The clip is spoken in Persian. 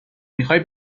میخای